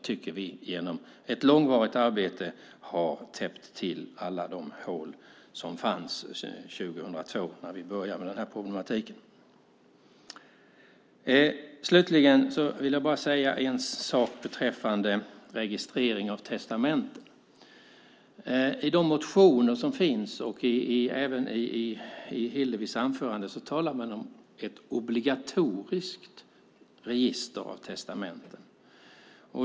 Vi har genom ett långvarigt arbete täppt till alla de hål som fanns 2002 när vi började ta itu med det här problemet. Slutligen vill jag säga en sak beträffande registrering av testamente. I de motioner som finns, och även i Hillevi Larssons anförande, talas det om ett obligatoriskt register av testamenten.